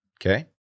Okay